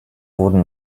wurden